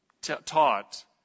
taught